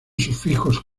sufijos